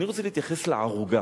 אני רוצה להתייחס לערוגה.